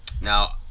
Now